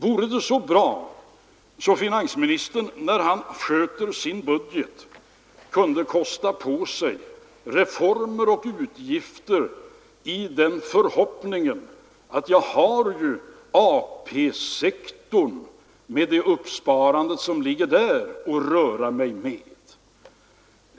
Det vore ju bra om finansministern, när han sköter sin budget, kunde kosta på sig reformer och utgifter i den förhoppningen att han har AP-sektorn med det sparande som ligger där att röra sig med.